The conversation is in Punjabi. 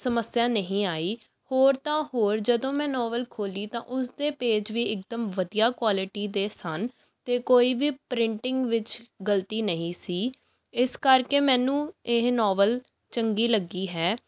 ਸਮੱਸਿਆ ਨਹੀਂ ਆਈ ਹੋਰ ਤਾਂ ਹੋਰ ਜਦੋਂ ਮੈਂ ਨੋਵਲ ਖੋਲ੍ਹੀ ਤਾਂ ਉਸ ਦੇ ਪੇਜ ਵੀ ਇਕਦਮ ਵਧੀਆ ਕੁਆਲਿਟੀ ਦੇ ਸਨ ਅਤੇ ਕੋਈ ਵੀ ਪ੍ਰਿੰਟਿੰਗ ਵਿੱਚ ਗਲਤੀ ਨਹੀਂ ਸੀ ਇਸ ਕਰਕੇ ਮੈਨੂੰ ਇਹ ਨੋਵਲ ਚੰਗੀ ਲੱਗੀ ਹੈ